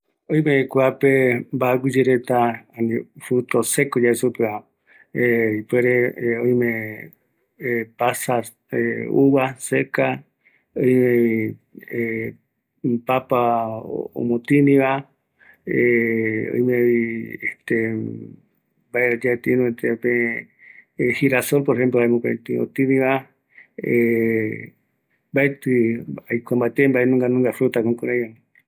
Kuape jaeko, uva pasa, chuño, iguope, yua, iguopere, almendra, cacao, jaeño kua aikuaguereta